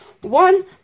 one